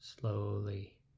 slowly